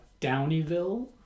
Downeyville